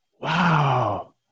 Wow